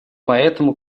поэтому